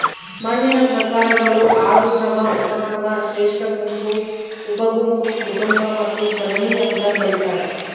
ಮಣ್ಣಿನ ಪ್ರಕಾರಗಳು ಆರು ಕ್ರಮ ಉಪಕ್ರಮ ಶ್ರೇಷ್ಠಗುಂಪು ಉಪಗುಂಪು ಕುಟುಂಬ ಮತ್ತು ಸರಣಿ ಅಂತ ಕರೀತಾರ